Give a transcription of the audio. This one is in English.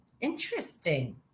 Interesting